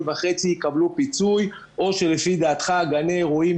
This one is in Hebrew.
יקבלו פיצוי או שלפי דעתך גני אירועים,